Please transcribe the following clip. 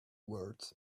words